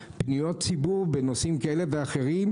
פניות ציבור בנושאים כאלה ואחרים,